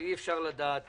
שאי אפשר לדעת